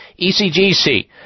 ECGC